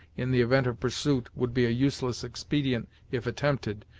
in the event of pursuit, would be a useless expedient if attempted,